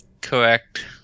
Correct